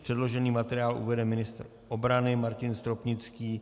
Předložený materiál uvede ministr obrany Martin Stropnický.